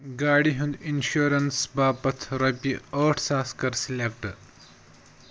گاڑِ ہُنٛد اِنشورَنٛس باپتھ رۄپیہِ ٲٹھ ساس کر سِلیکٹ